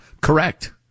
Correct